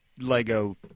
Lego